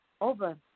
over